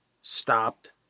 stopped